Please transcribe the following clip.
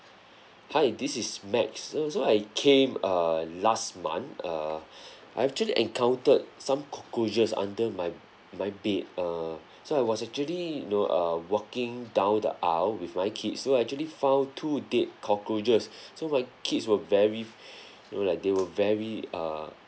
hi this is max um so I came err last month err I actually encountered some cockroaches under my my bed err so I was actually you know err walking down the aisle with my kids so I actually found two dead cockroaches so my kids were very you know like they were very err